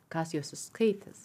kas juos skaitęs